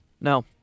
No